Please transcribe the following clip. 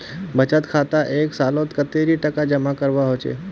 बचत खातात एक सालोत कतेरी टका जमा करवा होचए?